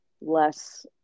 less